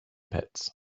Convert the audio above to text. pits